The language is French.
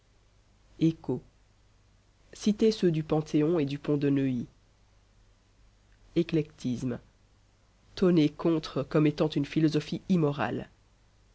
écho citer ceux du panthéon et du pont de neuilly éclectisme tonner contre comme étant une philosophie immorale